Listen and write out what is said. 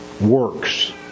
works